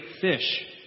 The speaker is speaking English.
fish